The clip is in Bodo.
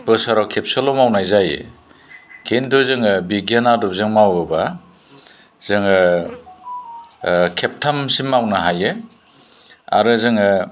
बोसोराव खेबसेल' मावनाय जायो खिन्थु जोङो बिगियान आदबजों मावोब्ला जोङो खेबथामसिम मावनो हायो आरो जोङो